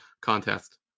contest